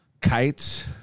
Kites